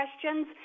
questions